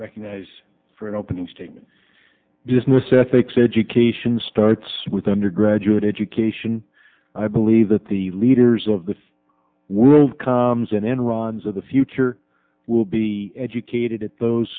recognize for an opening statement business ethics education starts with undergraduate education and i believe that the leaders of the world comes in enron's of the future will be educated at those